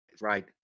right